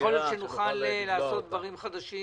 יכול להיות שנוכל לעשות דברים חדשים